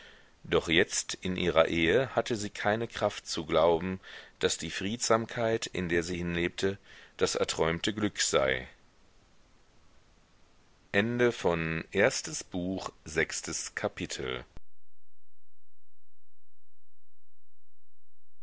doch jetzt in ihrer ehe hatte sie keine kraft zu glauben daß die friedsamkeit in der sie hinlebte das erträumte glück sei siebentes kapitel